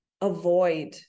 avoid